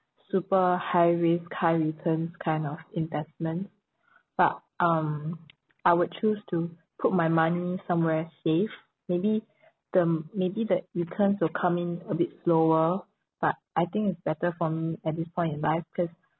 super high risk high return kind of investment but um I would choose to put my money somewhere safe maybe the maybe the returns will come in a bit slower but I think it's better for me at this point in life because